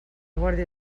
guàrdia